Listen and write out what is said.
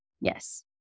Yes